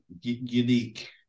unique